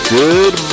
good